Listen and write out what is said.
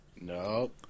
No